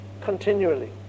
continually